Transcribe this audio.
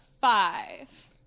five